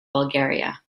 bulgaria